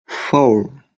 four